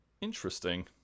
Interesting